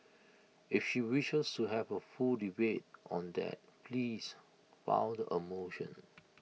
if she wishes to have A full debate on that please filed A motion